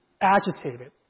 agitated